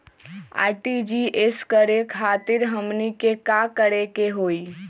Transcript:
RTGS करे खातीर हमनी के का करे के हो ई?